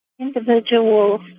individuals